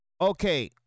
okay